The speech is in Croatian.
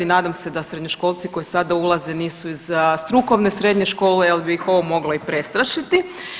Nadam se da srednjoškolci koji sada ulaze nisu iz strukovne srednje škole jer bi ih ovo moglo i prestrašiti.